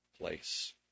place